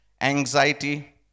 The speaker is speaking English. anxiety